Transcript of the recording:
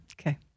Okay